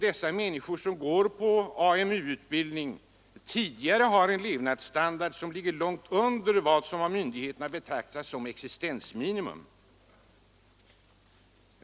Deras situation är ju sådan att de redan tidigare har en levnadsstandard som ligger långt under vad som av myndigheterna betraktas som existensminimum.